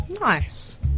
Nice